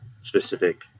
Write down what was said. specific